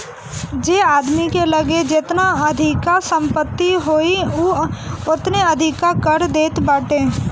जे आदमी के लगे जेतना अधिका संपत्ति होई उ ओतने अधिका कर देत बाटे